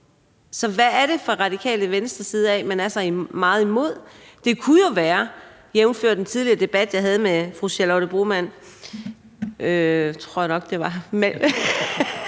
Så hvad er det, som man fra Radikale Venstres side er så meget imod? Det kunne jo være – jævnfør den tidligere debat, jeg havde med fru Charlotte Broman Mølbæk, tror jeg nok det var;